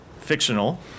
fictional